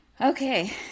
Okay